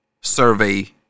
survey